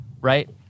right